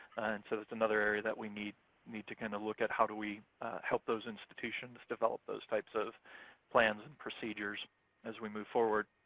so that's another area that we need need to kinda look at how do we help those institutions develop those types of plans and procedures as we move forward?